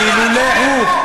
שאילולא הוא,